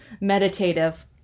meditative